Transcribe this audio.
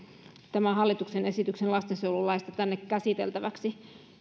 hallituksen esityksen lastensuojelulaista tänne käsiteltäväksi